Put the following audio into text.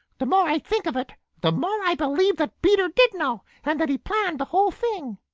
the more i think of it, the more i believe that peter did know and that he planned the whole thing.